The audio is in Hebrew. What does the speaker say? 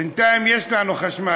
בינתיים יש לנו חשמל.